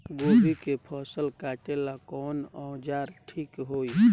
गोभी के फसल काटेला कवन औजार ठीक होई?